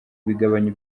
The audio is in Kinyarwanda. bigabanya